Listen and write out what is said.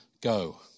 go